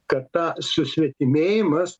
kad ta susvetimėjimas